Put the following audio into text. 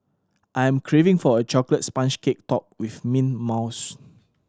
I am craving for a chocolate sponge cake topped with mint mousse